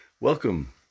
Welcome